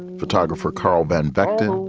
photographer carl ben vectored,